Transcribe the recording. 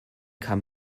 kam